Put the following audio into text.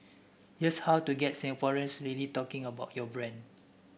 here's how to get Singaporeans really talking about your brand